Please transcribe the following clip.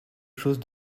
chose